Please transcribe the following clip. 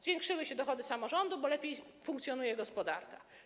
Zwiększyły się dochody samorządów, bo lepiej funkcjonuje gospodarka.